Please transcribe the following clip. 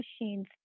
machines